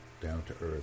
down-to-earth